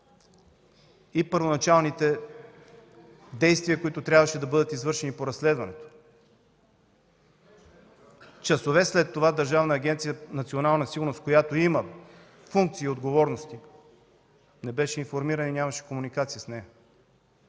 и първоначалните действия, които трябваше да бъдат извършени по разследването. Часове след това Държавна агенция „Национална сигурност”, която има функции и отговорности, не беше информирана и нямаше комуникации с нея.